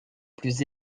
plus